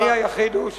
פתרוני היחיד הוא,